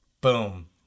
Boom